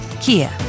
Kia